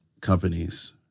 companies